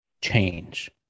change